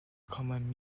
common